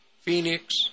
Phoenix